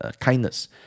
kindness